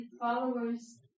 followers